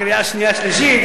קריאה שנייה שלישית,